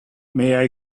may